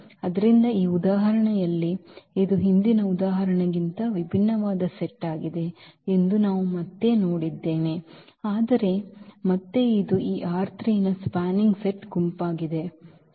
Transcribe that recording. ಆದ್ದರಿಂದ ಈ ಉದಾಹರಣೆಯಲ್ಲಿ ಇದು ಹಿಂದಿನ ಉದಾಹರಣೆಗಿಂತ ವಿಭಿನ್ನವಾದ ಸೆಟ್ ಆಗಿದೆ ಎಂದು ನಾವು ಮತ್ತೆ ನೋಡಿದ್ದೇವೆ ಆದರೆ ಮತ್ತೆ ಇದು ಈ ನ spanning set ಗುಂಪಾಗಿದೆ